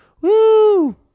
Woo